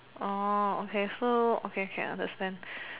orh okay so okay okay understand